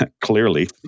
clearly